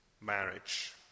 marriage